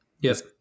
Yes